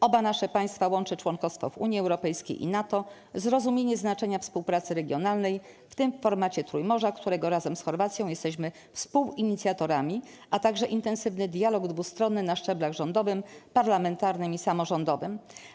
Oba nasze państwa łączy członkostwo w Unii Europejskiej i NATO, zrozumienie znaczenia współpracy regionalnej, w tym w formacie Trójmorza, którego razem z Chorwacją jesteśmy współinicjatorami, a także intensywny dialog dwustronny na szczeblach rządowym, parlamentarnym i samorządowym.